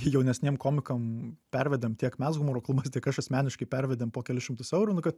jaunesniem komikam pervedėm tiek mes humoro klubas tiek aš asmeniškai pervedėm po kelis šimtus eurų nu kad